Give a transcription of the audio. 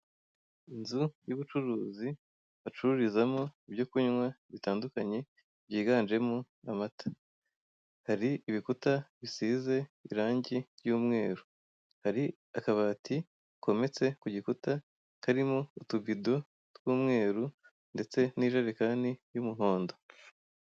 Inzu y'ubucuruzi bacururizamo ibyo kunywa bitandukanye byiganjemo amata hari ibikuta bisize irangi ry'umweru hari akabati kometse kugikuta karimo utubido tw'umweru ndetse n'ijerekani y'umuhondo.